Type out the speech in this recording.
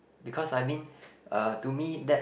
because I mean uh to me that